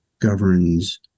governs